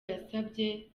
yasabye